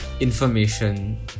information